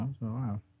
Wow